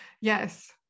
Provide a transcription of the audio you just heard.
Yes